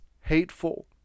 hateful